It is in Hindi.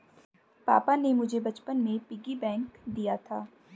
पापा ने मुझे बचपन में पिग्गी बैंक दिया था